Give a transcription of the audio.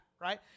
Right